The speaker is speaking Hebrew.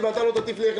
זה הכול לבתי ספר?